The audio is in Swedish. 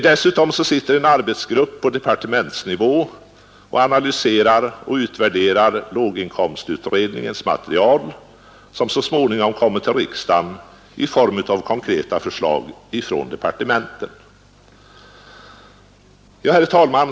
Dessutom sitter en arbetsgrupp på departementsnivå och analyserar och utvärderar låginkomstutredningens material, som så småningom kommer till riksdagen i form av konkreta förslag från departementen. Herr talman!